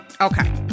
Okay